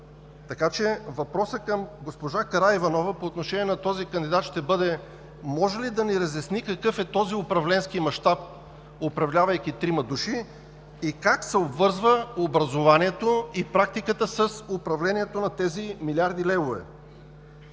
мащаб. Въпросът към госпожа Караиванова по отношение на този кандидат ще бъде: може ли да ни разясни какъв е този управленски мащаб, управлявайки трима души? Как се обвързва образованието и практиката с управлението на тези милиарди левове?